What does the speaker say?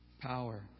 power